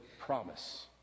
promise